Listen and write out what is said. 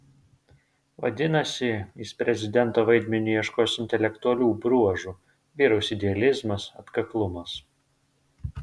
vadinasi jis prezidento vaidmeniui ieškos intelektualių bruožų vyraus idealizmas atkaklumas